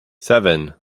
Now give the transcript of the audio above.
seven